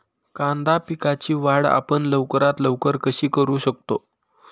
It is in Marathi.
कांदा पिकाची वाढ आपण लवकरात लवकर कशी करू शकतो?